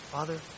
Father